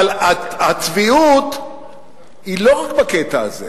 אבל הצביעות היא לא רק בקטע הזה.